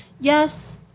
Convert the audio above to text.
Yes